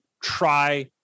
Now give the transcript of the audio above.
try